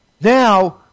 Now